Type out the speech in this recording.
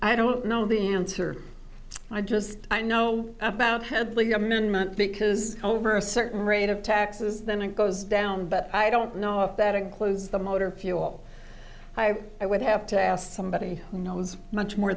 i don't know the answer i just i know about headley government because over a certain rate of taxes then it goes down but i don't know if that includes the motor fuel i would have to ask somebody who knows much more